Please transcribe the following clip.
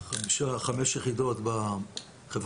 זה כרגע.